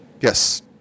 Yes